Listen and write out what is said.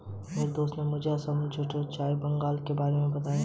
मेरे दोस्त ने मुझे असम में जोरहाट चाय बंगलों के बारे में बताया